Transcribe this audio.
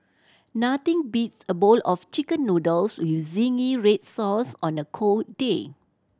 nothing beats a bowl of Chicken Noodles with zingy red sauce on a cold day